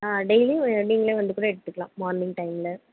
daily நீங்களே வந்து கூட எடுத்துக்கலாம் மார்னிங் டைமில்